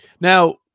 now